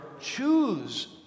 choose